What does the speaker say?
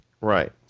Right